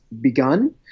begun